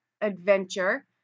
adventure